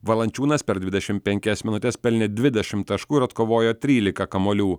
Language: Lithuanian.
valančiūnas per dvidešimt penkias minutes pelnė dvidešimt taškų ir atkovojo tryliką kamuolių